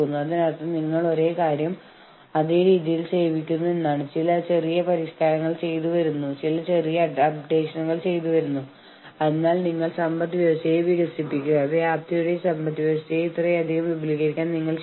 പക്ഷേ അടിസ്ഥാന സൌകര്യങ്ങളുടെ കാര്യം വരുമ്പോൾ ഉദാഹരണത്തിന് തൊഴിൽ സാഹചര്യങ്ങൾ കടയുടെ തറയിൽ ഹാർഡ്ഹാറ്റുകൾ സംരക്ഷിത കയ്യുറകൾ കടയുടെ തറയിലെ സംരക്ഷണ ഗിയർ എന്നിവ